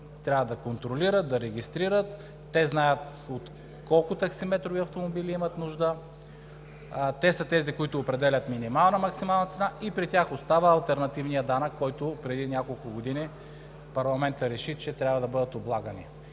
трябва да контролират, да регистрират. Те знаят от колко таксиметрови автомобили имат нужда. Те са тези, които определят минимална – максимална цена. При тях остава алтернативният данък, с който преди няколко години парламентът реши, че трябва да бъдат облагани.